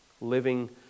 Living